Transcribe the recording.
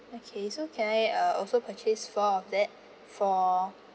okay so can I uh also purchase four of that for